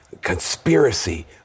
conspiracy